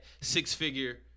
six-figure